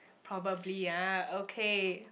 probably ah okay